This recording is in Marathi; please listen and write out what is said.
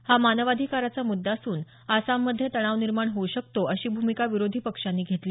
हा मानवाधिकाराचा मुद्दा असून आसाममध्ये तणाव निर्माण होऊ शकतो अशी भूमिका विरोधी पक्षांनी घेतली